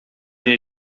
nie